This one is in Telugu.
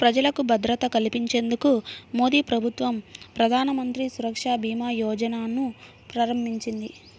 ప్రజలకు భద్రత కల్పించేందుకు మోదీప్రభుత్వం ప్రధానమంత్రి సురక్ష భీమా యోజనను ప్రారంభించింది